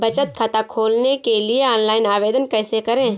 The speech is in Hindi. बचत खाता खोलने के लिए ऑनलाइन आवेदन कैसे करें?